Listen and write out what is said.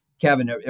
Kevin